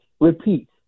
repeat